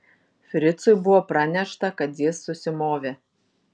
fricui buvo pranešta kad jis susimovė